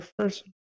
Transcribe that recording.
first